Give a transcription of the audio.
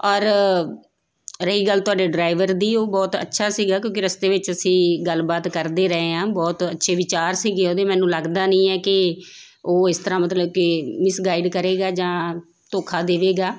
ਔਰ ਰਹੀ ਗੱਲ ਤੁਹਾਡੇ ਡਰਾਈਵਰ ਦੀ ਉਹ ਬਹੁਤ ਅੱਛਾ ਸੀਗਾ ਕਿਉਂਕਿ ਰਸਤੇ ਵਿੱਚ ਅਸੀਂ ਗੱਲਬਾਤ ਕਰਦੇ ਰਹੇ ਹਾਂ ਬਹੁਤ ਅੱਛੇ ਵਿਚਾਰ ਸੀਗੇ ਉਹਦੇ ਮੈਨੂੰ ਲੱਗਦਾ ਨਹੀਂ ਹੈ ਕਿ ਉਹ ਇਸ ਤਰ੍ਹਾਂ ਮਤਲਬ ਕਿ ਮਿਸਗਾਈਡ ਕਰੇਗਾ ਜਾਂ ਧੋਖਾ ਦੇਵੇਗਾ